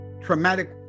traumatic